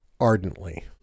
ardently